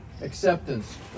acceptance